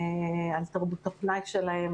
על תרבות הפנאי שלהם,